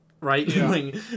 right